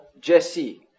Jesse